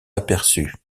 aperçus